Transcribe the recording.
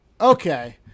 Okay